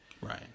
Right